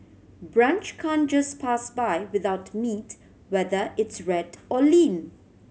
brunch can just pass by without meat whether it's red or lean